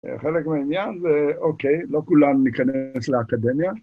חלק מהעניין זה, אוקיי, לא כולם ניכנס לאקדמיה.